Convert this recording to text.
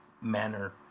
manner